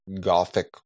gothic